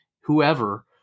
whoever